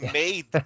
made